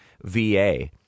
VA